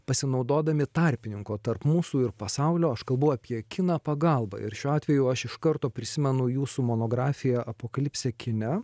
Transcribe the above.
pasinaudodami tarpininko tarp mūsų ir pasaulio aš kalbu apie kiną pagalba ir šiuo atveju aš iš karto prisimenu jūsų monografiją apokalipsė kine